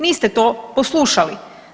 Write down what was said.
Niste to poslušali.